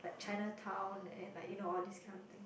like Chinatown and like you know all these kind of thing